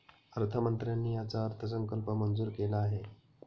अर्थमंत्र्यांनी याचा अर्थसंकल्प मंजूर केला आहे